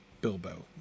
Bilbo